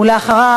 ואחריו,